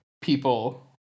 people